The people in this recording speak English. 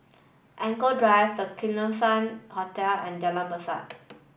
Anchorvale Drive The Keong Saik Hotel and Jalan Besut